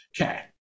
Okay